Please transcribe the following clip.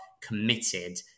committed